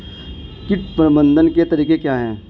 कीट प्रबंधन के तरीके क्या हैं?